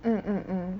mm mm mm